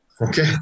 Okay